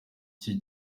cye